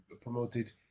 promoted